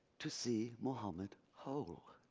to see muhammad whole.